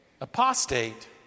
apostate